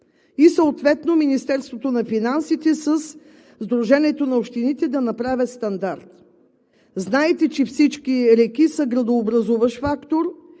съответно Министерството на финансите със Сдружението на общините да направят стандарт. Знаете, че всички реки са градообразуващ фактор